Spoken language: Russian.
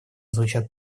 звучат